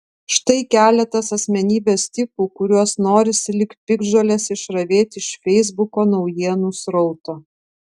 štai keletas asmenybės tipų kuriuos norisi lyg piktžoles išravėti iš feisbuko naujienų srauto